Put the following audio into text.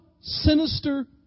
sinister